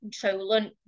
controlling